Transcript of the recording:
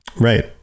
right